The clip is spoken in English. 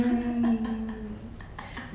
mmhmm